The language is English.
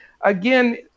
again